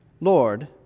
Lord